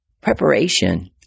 Preparation